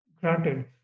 granted